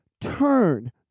Turn